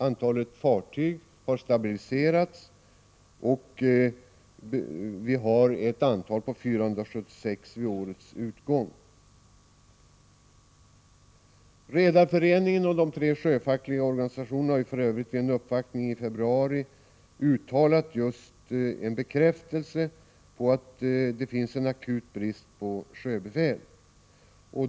Antalet fartyg har stabiliserats, och landet hade 476 handelsfartyg vid årets utgång. Redareföreningen och de tre sjöfackliga organisationerna har vid en uppvaktning för utskottet i februari 1985 bekräftat att det finns en akut brist på sjöbefäl.